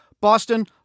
boston